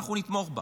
נתמוך בה.